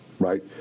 right